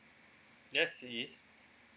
yes he is